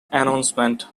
announcement